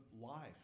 life